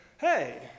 Hey